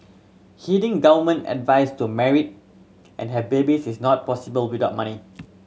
heeding government advice to married and have babies is not possible without money